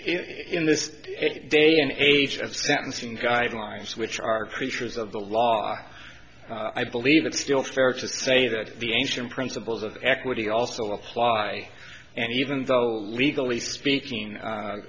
in this day and age of sentencing guidelines which are creatures of the law i believe it's still fair to say that the ancient principles of equity also apply and even though legally speaking a